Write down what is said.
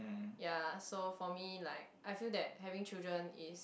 ya so for me like I feel that having children is